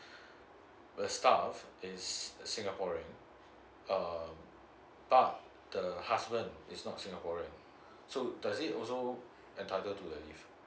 a staff is singaporean um but the husband is not singaporean so does it also entitled to the leave